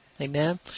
Amen